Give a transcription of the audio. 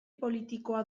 politikoa